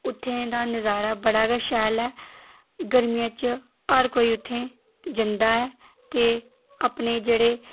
ते उत्थें दा नज़ारा बड़ा गै शैल ऐ गरमियां च हर कोई उत्थें जंदा ऐ ते अपने जेह्ड़े